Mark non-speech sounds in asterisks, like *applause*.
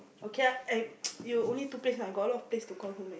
okay ah eh *noise* you only two place right I got a lot place to call home eh